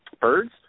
birds